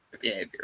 behavior